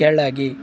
ಕೆಳಗೆ